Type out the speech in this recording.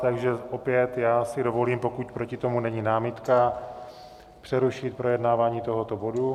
Takže opět si dovolím, pokud proti tomu není námitka, přerušit projednávání tohoto bodu.